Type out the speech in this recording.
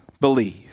believe